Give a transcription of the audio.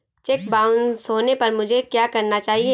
Check bounce होने पर मुझे क्या करना चाहिए?